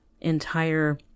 entire